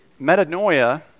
metanoia